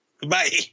Goodbye